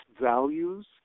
values